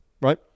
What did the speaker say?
right